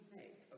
make